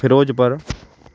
Firozpur